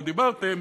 לא דיברתם,